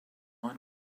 line